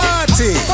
Party